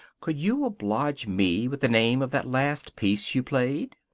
could you oblige me with the name of that last piece you played?